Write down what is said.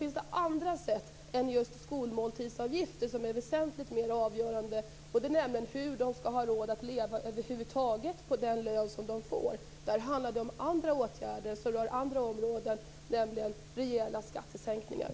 Men det finns andra faktorer som är väsentligt mer avgörande än just skolmåltidsavgifter. Det gäller hur de skall ha råd att leva över huvud taget på den lön de får. Det handlar om andra åtgärder som rör andra områden, nämligen rejäla skattesänkningar.